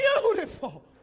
Beautiful